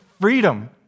freedom